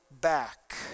back